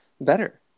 better